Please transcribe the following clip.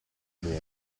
bene